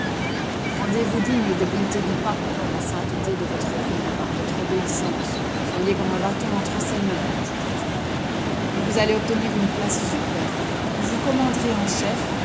rendez-vous dignes des bontés du pape par la sainteté de votre vie par votre obéissance soyez comme un bâton entre ses mains ajoutait-il et vous allez obtenir une place superbe où vous commanderez en chef